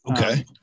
Okay